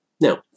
Now